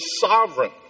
sovereign